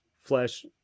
flesh